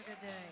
today